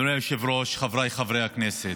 אדוני היושב-ראש, חבריי חברי הכנסת,